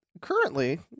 currently